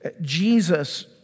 Jesus